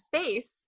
space